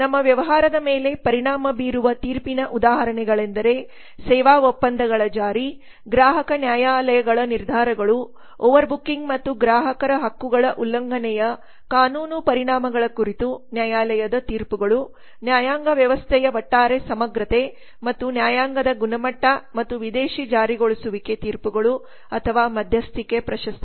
ನಮ್ಮ ವ್ಯವಹಾರದ ಮೇಲೆ ಪರಿಣಾಮ ಬೀರುವ ತೀರ್ಪಿನ ಉದಾಹರಣೆಗಳೆಂದರೆ ಸೇವಾ ಒಪ್ಪಂದಗಳ ಜಾರಿ ಗ್ರಾಹಕ ನ್ಯಾಯಾಲಯಗಳ ನಿರ್ಧಾರಗಳು ಓವರ್ಬುಕಿಂಗ್ ಮತ್ತು ಗ್ರಾಹಕರ ಹಕ್ಕುಗಳ ಉಲ್ಲಂಘನೆಯ ಕಾನೂನು ಪರಿಣಾಮಗಳ ಕುರಿತು ನ್ಯಾಯಾಲಯದ ತೀರ್ಪುಗಳು ನ್ಯಾಯಾಂಗ ವ್ಯವಸ್ಥೆಯ ಒಟ್ಟಾರೆ ಸಮಗ್ರತೆ ಮತ್ತು ನ್ಯಾಯಾಂಗದ ಗುಣಮಟ್ಟ ಮತ್ತು ವಿದೇಶಿ ಜಾರಿಗೊಳಿಸುವಿಕೆ ತೀರ್ಪುಗಳು ಅಥವಾ ಮಧ್ಯಸ್ಥಿಕೆ ಪ್ರಶಸ್ತಿಗಳು